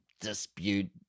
dispute